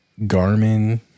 Garmin